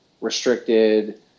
restricted